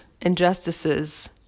injustices